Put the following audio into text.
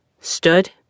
stood